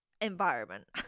environment